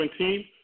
2017